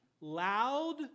loud